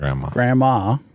Grandma